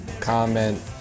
comment